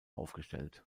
aufgestellt